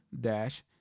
dash